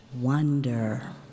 wonder